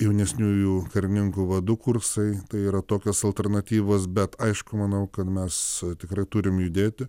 jaunesniųjų karininkų vadų kursai tai yra tokios alternatyvos bet aišku manau kad mes tikrai turim judėti